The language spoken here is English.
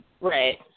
Right